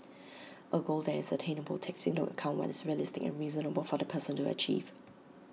A goal that is attainable takes into account what is realistic and reasonable for the person to achieve